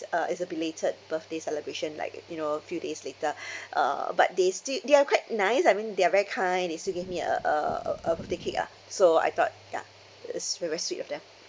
uh it's a belated birthday celebration like uh you know few days later uh but they still they're quite nice I mean they're very kind they still gave me a a a a birthday cake ah so I thought ya it's very sweet of them